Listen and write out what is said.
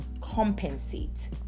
compensate